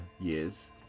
years